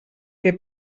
que